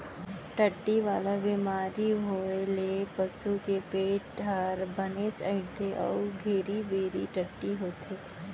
टट्टी वाला बेमारी होए ले पसू के पेट हर बनेच अइंठथे अउ घेरी बेरी टट्टी होथे